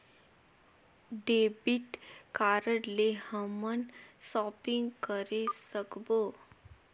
Debit card ले हमन shopping करे सकबो?